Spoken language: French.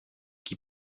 qui